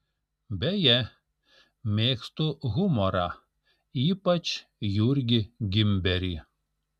beje mėgstu humorą ypač jurgį gimberį